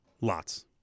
Lots